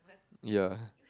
ya